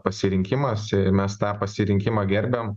pasirinkimas ir mes tą pasirinkimą gerbiam